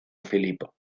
filipo